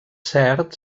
cert